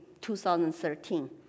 2013